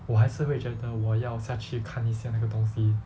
我还是会觉得我要下去看一下那个东西